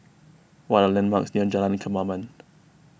what are the landmarks near Jalan Kemaman